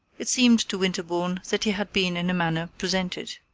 it seemed to winterbourne that he had been in a manner presented.